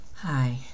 hi